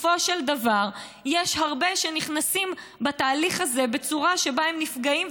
בסופו של דבר יש הרבה שנכנסים בתהליך הזה בצורה שבה הם נפגעים,